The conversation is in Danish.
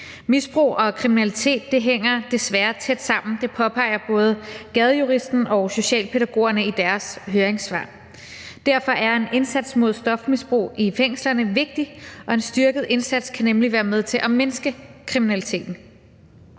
Misbrug og kriminalitet hænger desværre tæt sammen, og det påpeger både Gadejuristen og Socialpædagogerne i deres høringssvar. Derfor er en indsats mod stofmisbrug i fængslerne vigtig, og en styrket indsats kan nemlig være med til at mindske kriminaliteten.